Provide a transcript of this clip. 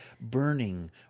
burning